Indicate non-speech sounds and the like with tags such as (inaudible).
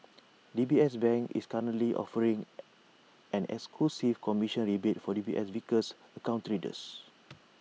(noise) D B S bank is currently offering (noise) an exclusive commission rebate for D B S Vickers account traders